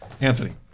anthony